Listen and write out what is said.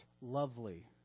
lovely